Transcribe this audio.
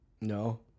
No